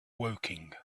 woking